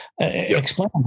Explain